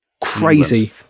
Crazy